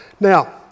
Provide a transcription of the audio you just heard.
Now